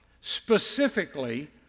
Specifically